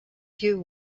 you